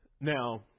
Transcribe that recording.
Now